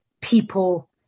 people